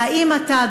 והאם אתה,